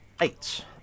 eight